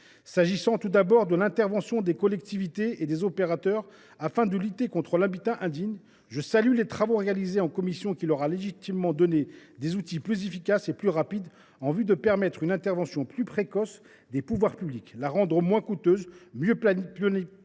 S’agissant, tout d’abord, de l’intervention des collectivités et des opérateurs afin de lutter contre l’habitat indigne, je salue les travaux réalisés en commission pour leur donner, légitimement, des outils plus efficaces et plus rapides en vue de permettre une intervention plus précoce des pouvoirs publics, de la rendre moins coûteuse, mieux planifiée,